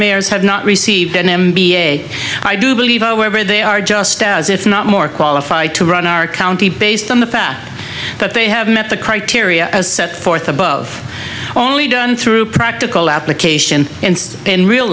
mayors have not received an m b a i do believe however they are just as if not more qualified to run our county based on the fact that they have met the criteria as set forth above only done through practical application in real